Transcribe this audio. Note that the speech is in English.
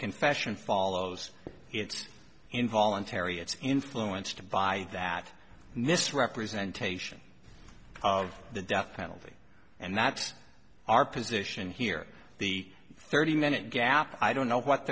confession follows it's involuntary it's influenced by that misrepresentation of the death penalty and that's our position here the thirty minute gay i don't know what